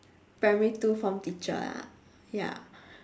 primary two form teacher lah ya